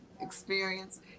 experience